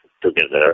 together